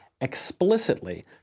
explicitly